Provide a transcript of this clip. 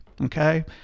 okay